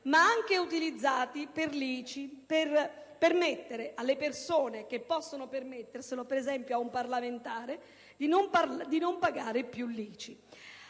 stati utilizzati anche per l'ICI, per permettere alle persone che possono permetterselo (per esempio, un parlamentare) di non pagare più questa